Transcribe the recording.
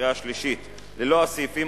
ולקריאה שלישית ללא הסעיפים,